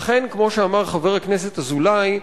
אכן, כמו שאמר חבר הכנסת אזולאי,